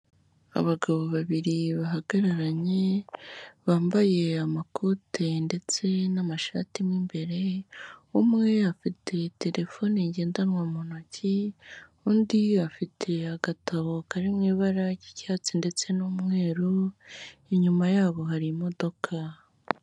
Abagabo babiri bahagararanye bambaye amakote ndetse n'amashati mu imbere, umwe afite telefoni ngendanwa mu ntoki, undi afite agatabo kari mu ibara ry'icyatsi ndetse n'umweru. Inyuma yabo hari imodoka.